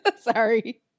Sorry